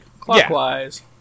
clockwise